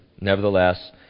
Nevertheless